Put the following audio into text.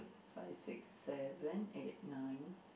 five six seven eight nine